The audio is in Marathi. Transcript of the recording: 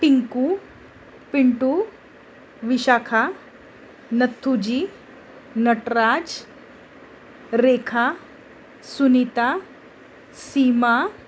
पिंकू पिंटू विशाखा नथुजी नटराज रेखा सुनीता सीमा